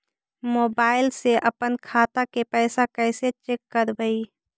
Mobile से अपन खाता के पैसा कैसे चेक करबई?